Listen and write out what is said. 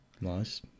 nice